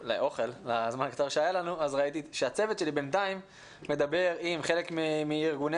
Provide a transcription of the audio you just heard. אז ראיתי שהצוות שלי בינתיים מדבר עם חלק מארגוני